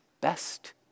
best